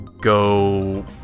go